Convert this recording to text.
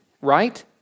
right